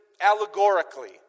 allegorically